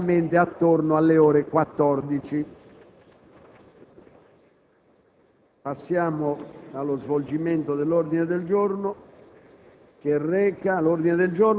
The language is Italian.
avrà inizio orientativamente attorno alle ore 14.